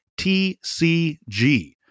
TCG